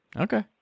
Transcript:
Okay